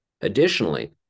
Additionally